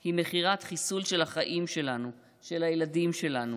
היא מכירת חיסול של החיים שלנו, של הילדים שלנו.